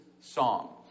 song